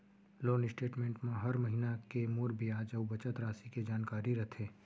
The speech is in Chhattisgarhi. लोन स्टेट मेंट म हर महिना के मूर बियाज अउ बचत रासि के जानकारी रथे